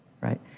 right